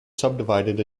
subdivided